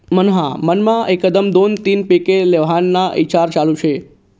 मन्हा मनमा एकदम दोन तीन पिके लेव्हाना ईचार चालू शे